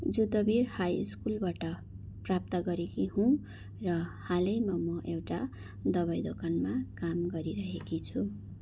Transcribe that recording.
Yudhvir high स्कुलबाट प्राप्त गरेकी हुँ र हालैमा मो एउटा दबाई दोकानमा काम गरिरहेकी छु